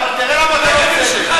אבל תראה למה אתה לא בסדר.